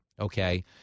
okay